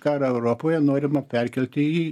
karą europoje norima perkelti į